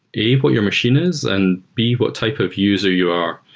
a, what your machine is, and b, what type of user you are.